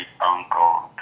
uncle